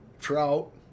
Trout